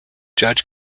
judge